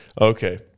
Okay